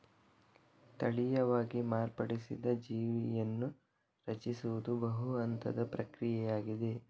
ತಳೀಯವಾಗಿ ಮಾರ್ಪಡಿಸಿದ ಜೀವಿಯನ್ನು ರಚಿಸುವುದು ಬಹು ಹಂತದ ಪ್ರಕ್ರಿಯೆಯಾಗಿದೆ